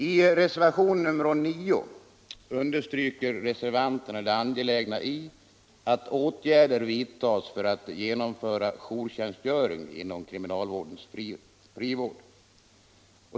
I reservationen 9 understryker reservanterna det angelägna i att åtgärder vidtas för att genomföra jourtjänstgöring inom kriminalvårdens frivård.